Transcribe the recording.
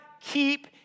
keep